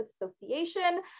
Association